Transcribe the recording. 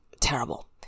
terrible